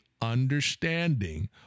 understanding